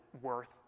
worth